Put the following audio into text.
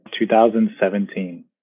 2017